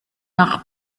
nach